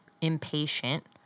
impatient